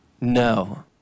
No